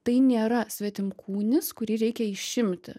tai nėra svetimkūnis kurį reikia išimti